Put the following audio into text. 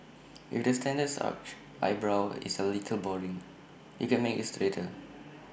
if the standard arched eyebrow is A little boring you can make IT straighter